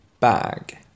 bag